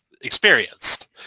experienced